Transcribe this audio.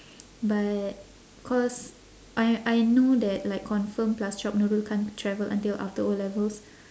but cause I I know that like confirm plus chop nurul can't travel until after O-levels